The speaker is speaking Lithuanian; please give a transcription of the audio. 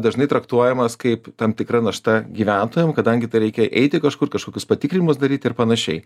dažnai traktuojamas kaip tam tikra našta gyventojam kadangi tai reikia eiti kažkur kažkokius patikrinimus daryti ir panašiai